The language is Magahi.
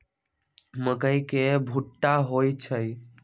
मकई के भुट्टा होई छई